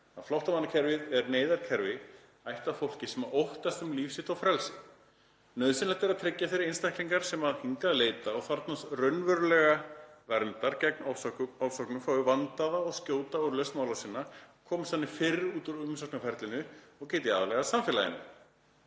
„Flóttamannakerfið er neyðarkerfi ætlað fólki sem óttast um líf sitt og frelsi. Nauðsynlegt er að tryggja að þeir einstaklingar sem hingað leita og þarfnast raunverulega verndar gegn ofsóknum fái vandaða og skjóta úrlausn mála sinna og komist þannig fyrr út úr umsóknarferlinu og geti aðlagast samfélaginu.“